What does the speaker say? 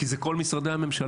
כי זה כל משרדי הממשלה.